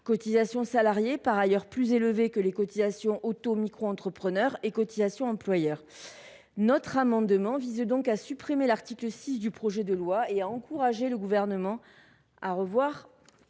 cotisations salariées, par ailleurs plus élevées que les cotisations des autoentrepreneurs et microentrepreneurs, et par les cotisations employeur. Cet amendement vise donc à supprimer l’article 6 du projet de loi et à encourager le Gouvernement à revoir